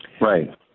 Right